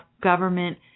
government